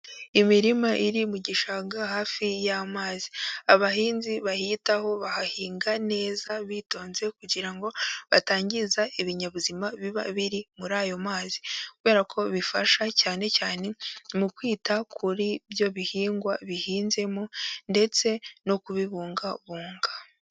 Imirima iri mu gishanga hafi y'amazi, abahinzi bahitaho bahahinga neza bitonze kugira ngo batangiza ibinyabuzima biba biri muri ayo mazi, kubera ko bifasha cyane cyane mu kwita kuri byo bihingwa bihinzemo ndetse no kubibungabunga.